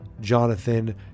jonathan